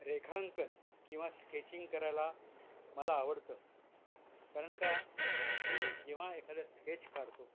रेखांकन किंवा स्केचिंग करायला मला आवडतं कारण का मी जेव्हा एखादं स्केच काढतो